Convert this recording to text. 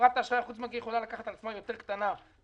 שחברת האשראי החוץ-בנקאי יכולה לקחת על עצמה קטנה יותר,